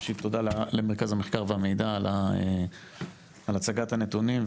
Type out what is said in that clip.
ראשית תודה למרכז המחקר והמידע על הצגת הנתונים,